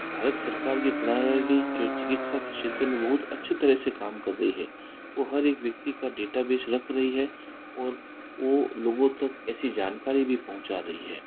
भारत सरकार की प्रणाली जो ये चिकित्सा के क्षेत्र में बहुत अच्छी तरह से काम कर रही है वो हर एक व्यक्ति का डेटाबेस रख रही है और वो लोगों तक ऐसी जानकारी भी पहुँच रही है